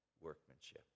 workmanship